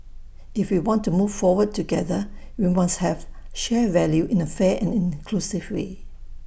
if we want to move forward together we must share value in A fair and inclusive way